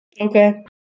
Okay